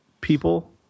people